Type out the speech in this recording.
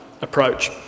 approach